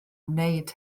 wneud